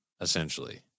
essentially